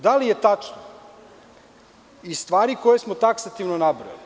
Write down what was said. Da li je tačno iz stvari koje smo taksativno nabrojali…